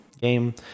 game